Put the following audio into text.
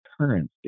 currency